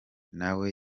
nawe